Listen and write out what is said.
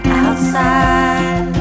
outside